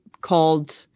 called